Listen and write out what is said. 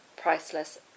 Priceless